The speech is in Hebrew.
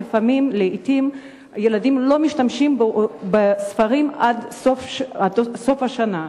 ולעתים ילדים לא משתמשים בספרים עד סוף השנה.